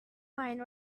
wine